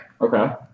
Okay